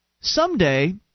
someday